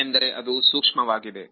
ಏಕೆಂದರೆ ಅದು ಸೂಕ್ಷ್ಮವಾಗಿದೆ